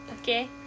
Okay